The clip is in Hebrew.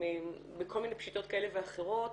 בכל מיני פשיטות כאלה ואחרות,